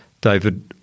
David